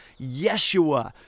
Yeshua